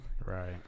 Right